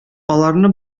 аларны